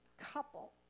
couple